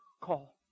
call